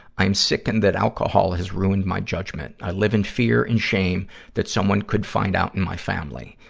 i am sickened that alcohol has ruined my judgment. i live in fear and shame that someone could find out in my family.